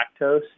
lactose